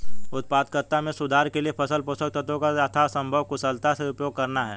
उत्पादकता में सुधार के लिए फसल पोषक तत्वों का यथासंभव कुशलता से उपयोग करना है